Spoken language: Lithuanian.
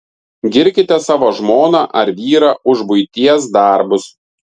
girkite savo žmoną ar vyrą už buities darbus